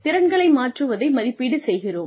திறன்களை மாற்றுவதை மதிப்பீடு செய்கிறோம்